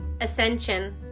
Ascension